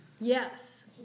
yes